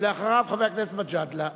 אחריו, חבר הכנסת מג'אדלה.